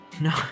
No